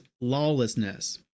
lawlessness